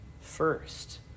first